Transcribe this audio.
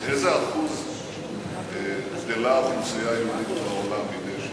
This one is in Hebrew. באיזה אחוז גדלה האוכלוסייה היהודית בעולם מדי שנה?